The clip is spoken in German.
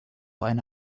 eine